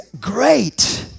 great